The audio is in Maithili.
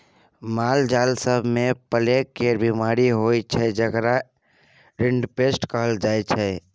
मालजाल सब मे प्लेग केर बीमारी होइ छै जेकरा रिंडरपेस्ट कहल जाइ छै